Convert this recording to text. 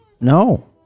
No